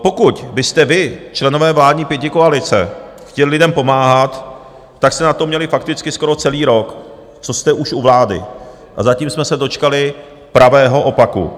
Pokud byste vy, členové vládní pětikoalice, chtěli lidem pomáhat, tak jste na to měli fakticky skoro celý rok, co jste už u vlády, a zatím jsme se dočkali pravého opaku.